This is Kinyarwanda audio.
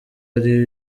ari